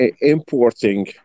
importing